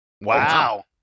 Wow